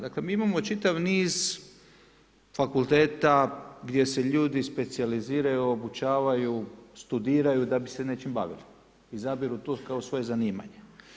Dakle, mi imamo čitav niz fakulteta gdje se ljudi specijaliziraju, obučavaju, studiraju da bi se nečim bavili izabiru to kao svoje zanimanje.